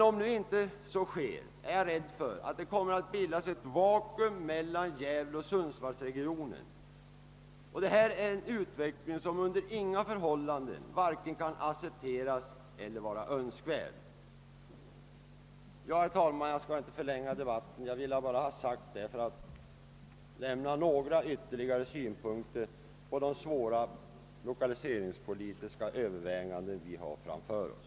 Om så inte sker, är jag rädd för att det kommer att bildas ett vakuum mellan gävleoch sundsvallsregionerna. Det är en utveckling som under inga förhållanden kan accepteras eller anses vara önskvärd. Herr talman! Jag skall nu inte förlänga debatten mera men har velat säga detta för att anlägga ytterligare några synpunkter på de svåra lokaliseringspolitiska överväganden vi har framför oss.